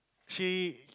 she